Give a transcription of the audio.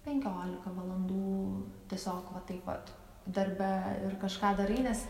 penkiolika valandų tiesiog va taip vat darbe ir kažką darai nes